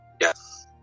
Yes